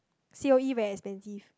C_O_E very expensive